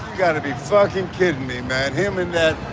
gotta be fucking kidding me, man. him in that